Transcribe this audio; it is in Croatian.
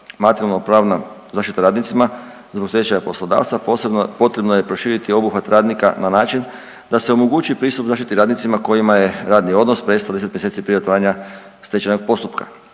materijalnopravna zaštita radnicima zbog stečaja poslodavca, potrebno je proširiti obuhvat radnika na način da se omogući pristup zaštiti radnicima kojima je radni odnos prestao 10 mjeseci prije otvaranja stečajnog postupka.